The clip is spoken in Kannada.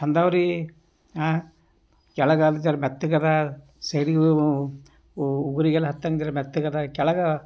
ಚೆಂದವ್ರಿ ಕೆಳಗದರದೆಲ್ಲ ಮೆತ್ತಗದ ಸೈಡ್ಗು ಉಗುರಿಗೆಲ್ಲ ಹತ್ತಂಗಿಲ್ಲ ಮೆತ್ತಗದ ಕೆಳಗ